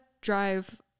drive